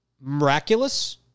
Miraculous